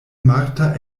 marta